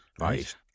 right